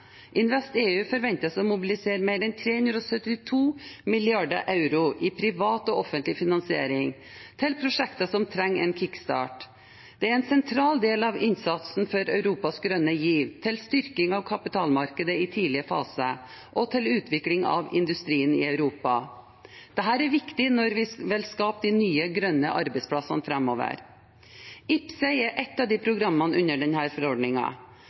forventes å mobilisere mer enn 372 mrd. euro i privat og offentlig finansiering til prosjekter som trenger en kickstart. Det er en sentral del av innsatsen for Europas grønne giv, til styrking av kapitalmarkedet i tidlige faser og til utvikling av industrien i Europa. Dette er viktig når vi vil skape de nye grønne arbeidsplassene framover. IPCEI er et av programmene under